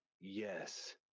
yes